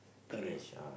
correct